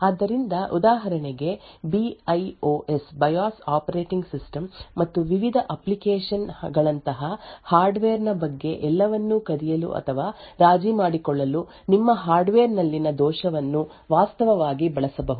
ಆದ್ದರಿಂದ ಉದಾಹರಣೆಗೆ B I O S operating system ಮತ್ತು ವಿವಿಧ ಅಪ್ಲಿಕೇಶನ್ ಗಳಂತಹ ಹಾರ್ಡ್ವೇರ್ ನ ಬಗ್ಗೆ ಎಲ್ಲವನ್ನೂ ಕದಿಯಲು ಅಥವಾ ರಾಜಿ ಮಾಡಿಕೊಳ್ಳಲು ನಿಮ್ಮ ಹಾರ್ಡ್ವೇರ್ ನಲ್ಲಿನ ದೋಷವನ್ನು ವಾಸ್ತವವಾಗಿ ಬಳಸಬಹುದು